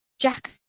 jack